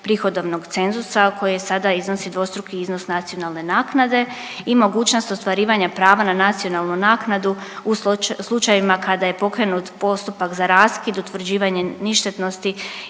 prihodovnog cenzusa koji sada iznosi dvostruki iznos nacionalne naknade i mogućnost ostvarivanja prava na nacionalnu naknadu u slučajevima kada je pokrenut postupak za raskid, utvrđivanje ništetnosti